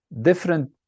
different